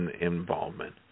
involvement